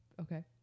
okay